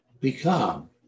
Become